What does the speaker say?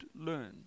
learn